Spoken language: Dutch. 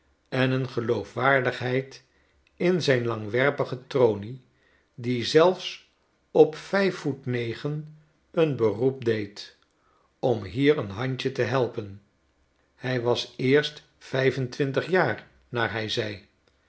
en een geloofwaardigheid in zijn langwerpige tronie die zelfs op vijf voet negen een beroep deed om hier een handje te helpen hij was eerst vijf en twintig jaar naar hij zei